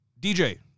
DJ